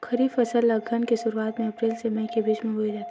खरीफ फसल ला अघ्घन के शुरुआत में, अप्रेल से मई के बिच में बोए जाथे